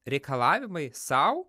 reikalavimai sau